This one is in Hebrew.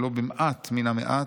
ולו במעט מן המעט,